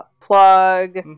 plug